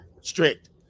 Strict